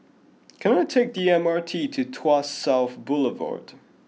can I take the M R T to Tuas South Boulevard